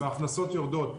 וההכנסות יורדות.